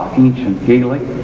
ancient gaelic,